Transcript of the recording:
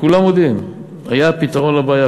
כולם מודים, היה פתרון לבעיה.